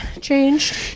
changed